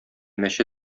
мәче